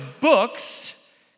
books